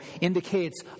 indicates